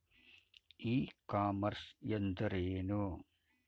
E commerce ಎಂದರೇನು?